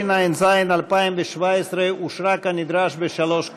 התשע"ז 2017, אושרה כנדרש בשלוש קריאות.